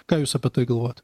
ką jūs apie tai galvojat